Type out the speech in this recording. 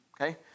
okay